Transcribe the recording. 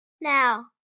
Now